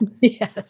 Yes